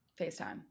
FaceTime